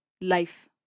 life